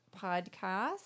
podcast